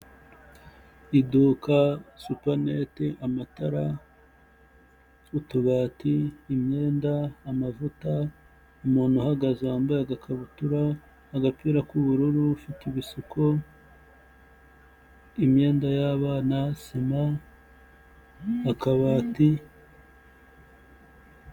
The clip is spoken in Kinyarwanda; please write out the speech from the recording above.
Iduka, supaneti, amatara, utubati, imyenda, amavuta, umuntu uhagaze wambaye agakabutura, agapira k'ubururu, ufite ibisuko, imyenda y'abana, simo, akabati.